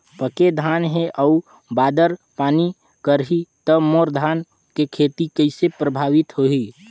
पके धान हे अउ बादर पानी करही त मोर धान के खेती कइसे प्रभावित होही?